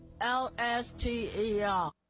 L-S-T-E-R